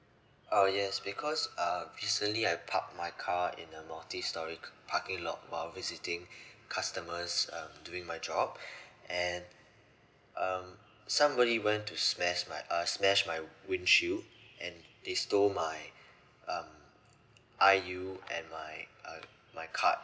oh yes because uh recently I parked my car in a multi storey ca~ parking lot while visiting customers um doing my job and um somebody went to smash my uh smash my windshield and they stole my um I_U and my uh my card